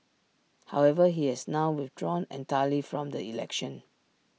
however he has now withdrawn entirely from the election